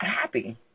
happy